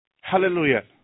Hallelujah